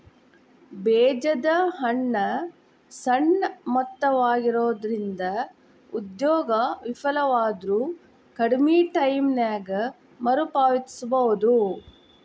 ಬೇಜದ ಹಣ ಸಣ್ಣ ಮೊತ್ತವಾಗಿರೊಂದ್ರಿಂದ ಉದ್ಯೋಗ ವಿಫಲವಾದ್ರು ಕಡ್ಮಿ ಟೈಮಿನ್ಯಾಗ ಮರುಪಾವತಿಸಬೋದು